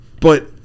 But-